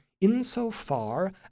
insofar